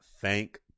thank